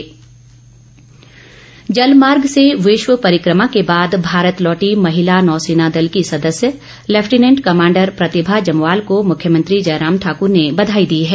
मुख्यमंत्री बधाई जल मार्ग से विश्व परिक्रमा के बाद भारत लौटी महिला नौसेना दल की सदस्य लैफिटनेंट कमांडर प्रतिभा जमवाल को मुख्यमंत्री जयराम ठाकर ने बधाई दी है